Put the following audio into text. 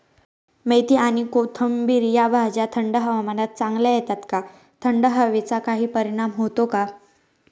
मेथी आणि कोथिंबिर या भाज्या थंड हवामानात चांगल्या येतात का? थंड हवेचा काही परिणाम होतो का?